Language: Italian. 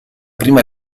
prima